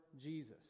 Jesus